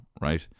right